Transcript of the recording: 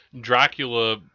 Dracula